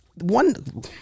one